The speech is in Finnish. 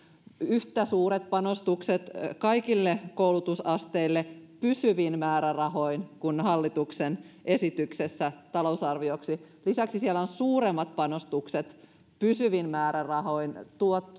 yhtä suuret panostukset kaikille koulutusasteille pysyvin määrärahoin kuin hallituksen esityksessä talousarvioksi lisäksi siellä on suuremmat panostukset pysyvin määrärahoin